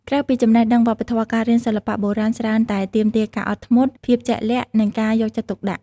ក្រៅពីចំណេះដឹងវប្បធម៌ ការរៀនសិល្បៈបុរាណច្រើនតែទាមទារការអត់ធ្មត់ ភាពជាក់លាក់ និងការយកចិត្តទុកដាក់។